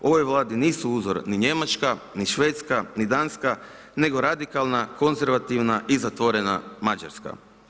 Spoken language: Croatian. Ovoj vladi nisu uzor ni Njemačka, ni Švedska, ni Danska, nego radikalna konzervativna i zatvorena Mađarska.